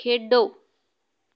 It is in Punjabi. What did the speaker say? ਖੇਡੋ